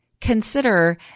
consider